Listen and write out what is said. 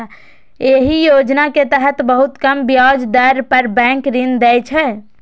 एहि योजना के तहत बहुत कम ब्याज दर पर बैंक ऋण दै छै